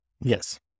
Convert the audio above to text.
yes